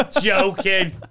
joking